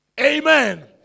Amen